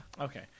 Okay